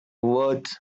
words